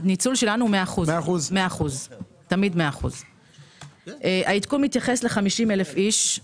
הניצול שלנו הוא תמיד 100%. העדכון מתייחס ל-50,000 אנשים.